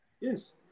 Yes